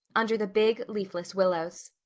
under the big leafless willows.